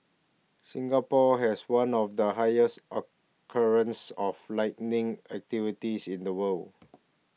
Singapore has one of the highest occurrence of lightning activities in the world